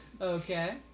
Okay